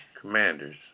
Commanders